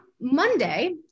Monday